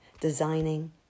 designing